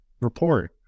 report